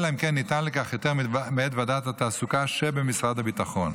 אלא אם כן ניתן לכך היתר מאת ועדת התעסוקה שבמשרד הביטחון.